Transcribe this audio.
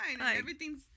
Everything's